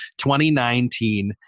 2019